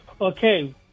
okay